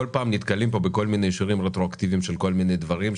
בכל פעם נתקלים בכל מיני אישורים רטרואקטיביים של כל מיני דברים,